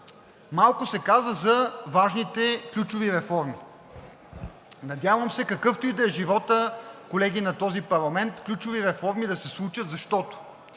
Малко се каза за важните ключови реформи. Надявам се, какъвто и да е животът, колеги, на този парламент, ключови реформи да се случат. Например